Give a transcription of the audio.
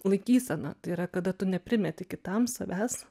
laikysena tai yra kada tu neprimeti kitam savęs